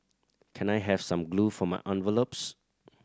can I have some glue for my envelopes